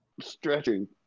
Stretching